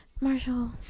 Marshall